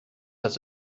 das